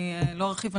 אני לא ארחיב.